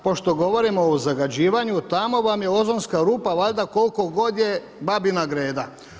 Pošto govorimo o zagađivanju, tamo vam je ozonska rupa koliko god je babina Greda.